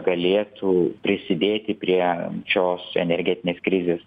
galėtų prisidėti prie šios energetinės krizės